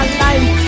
life